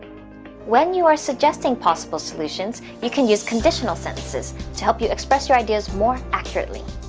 when you are suggesting possible soltuions, you can use conditional sentences to help you express your ideas more accurately.